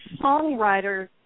songwriters